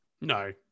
no